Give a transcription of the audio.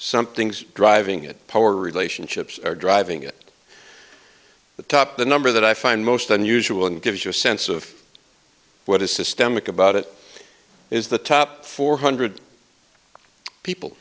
something's driving it power relationships are driving it the top the number that i find most unusual and gives you a sense of what is systemic about it is the top four hundred people